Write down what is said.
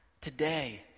today